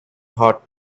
hot